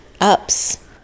ups